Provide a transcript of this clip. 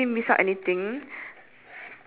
ya how many legs does your table table have